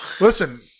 Listen